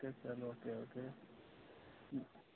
okay sir okay okay